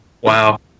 Wow